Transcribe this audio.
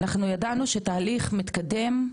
אנחנו ידענו שתהליך מתקדם,